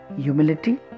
humility